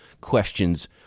questions